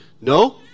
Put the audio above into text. No